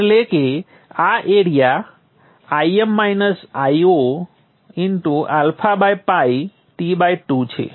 એટલે કે આ એરિઆ Im -Io απ T 2 છે